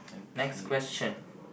next question